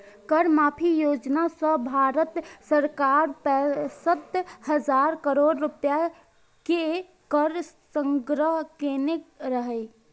कर माफी योजना सं भारत सरकार पैंसठ हजार करोड़ रुपैया के कर संग्रह केने रहै